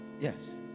Yes